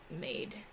made